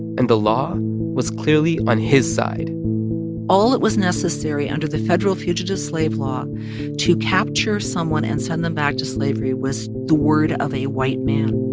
and the law was clearly on his side all that was necessary under the federal fugitive slave law to capture someone and send them back to slavery was the word of a white man